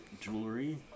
jewelry